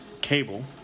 cable